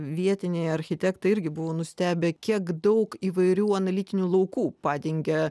vietiniai architektai irgi buvo nustebę kiek daug įvairių analitinių laukų padengia